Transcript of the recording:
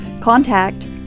contact